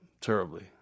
terribly